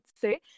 say